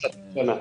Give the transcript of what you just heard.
לפני חצי שנה.